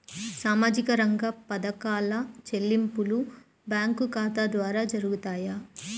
సామాజిక రంగ పథకాల చెల్లింపులు బ్యాంకు ఖాతా ద్వార జరుగుతాయా?